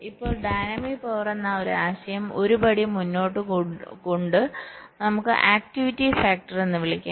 ഇപ്പോൾ dynamic power എന്ന ആശയം ഒരു പടി മുന്നോട്ട് കൊണ്ട് നമുക്ക് ആക്ടിവിറ്റി ഫാക്ടർ എന്ന് വിളിക്കാം